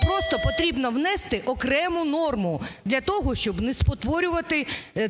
Просто потрібно внести окрему норму для того, щоб не спотворювати